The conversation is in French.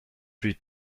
plus